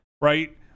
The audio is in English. right